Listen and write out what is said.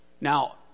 Now